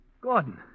Gordon